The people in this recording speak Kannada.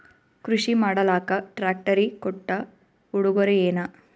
ಕೃಷಿ ಮಾಡಲಾಕ ಟ್ರಾಕ್ಟರಿ ಕೊಟ್ಟ ಉಡುಗೊರೆಯೇನ?